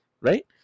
right